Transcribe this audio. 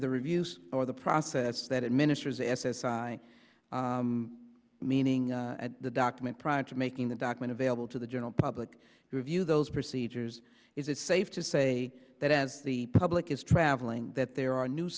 the reviews or the process that administers the s s i meaning of the document prior to making the document available to the general public who review those procedures is it safe to say that as the public is traveling that there are new